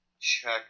check